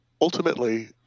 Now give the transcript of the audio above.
Ultimately